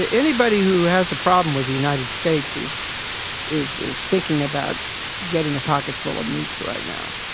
ah anybody who has a problem with the united states is is is thinking about getting a pocket full of nukes right now